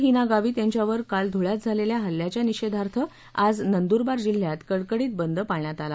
हिना गावित यांच्यावर काल धुळ्यात झालेल्या हल्याच्या निषेधार्थ आज नंदुरबार जिल्ह्यात कडकडीत बंद पाळण्यात आला